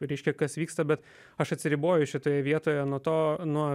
reiškia kas vyksta bet aš atsiriboju šitoje vietoje nuo to nuo